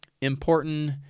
important